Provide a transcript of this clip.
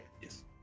Yes